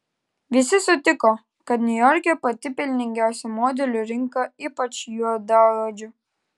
visi sutiko kad niujorke pati pelningiausia modelių rinka ypač juodaodžių